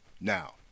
Now